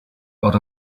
out